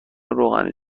روغنی